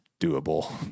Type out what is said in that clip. doable